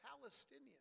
Palestinian